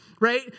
right